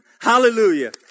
Hallelujah